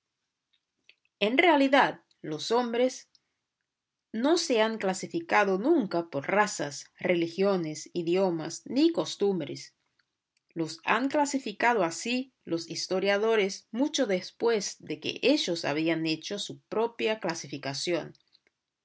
en realidad los hombres no se han clasificado nunca por razas religiones idiomas ni costumbres los han clasificado así los historiadores mucho después de que ellos habían hecho su propia clasificación